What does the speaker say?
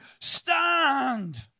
stand